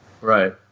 Right